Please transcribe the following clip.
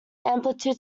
amplitude